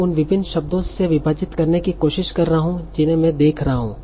मैं उन विभिन्न शब्दों से विभाजित करने की कोशिश कर रहा हूं जिन्हें मैं देख रहा हूं